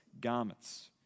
garments